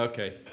Okay